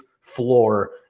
floor